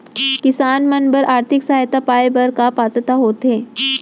किसान मन बर आर्थिक सहायता पाय बर का पात्रता होथे?